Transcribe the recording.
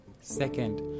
Second